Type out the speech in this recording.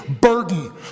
burden